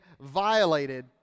violated